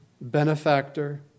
benefactor